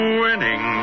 winning